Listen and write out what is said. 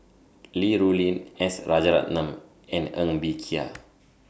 Li Rulin S Rajaratnam and Ng Bee Kia